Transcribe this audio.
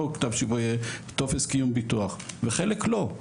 וחלק לא.